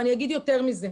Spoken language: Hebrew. אני אגיד יותר זה.